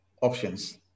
options